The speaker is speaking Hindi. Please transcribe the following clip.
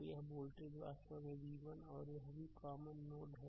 तो यह वोल्टेज वास्तव में v1 है और यह भी एक कॉमन नोड है